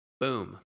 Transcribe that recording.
boom